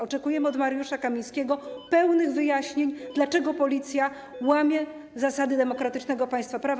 Oczekujemy od Mariusza Kamińskiego pełnych wyjaśnień, dlaczego Policja łamie zasady demokratycznego państwa prawa.